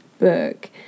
book